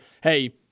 hey